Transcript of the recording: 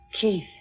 Keith